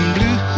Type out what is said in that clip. Blue